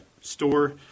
store